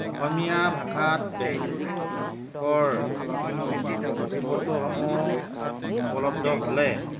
অসমীয়া ভাষাত বেংকৰ নথি পত্ৰসমূহ উপলব্ধ হ'লে